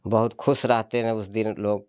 बहुत खुश रहते हैं उस दिन लोग